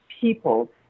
people